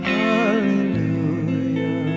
hallelujah